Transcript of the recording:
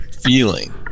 feeling